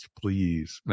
please